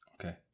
Okay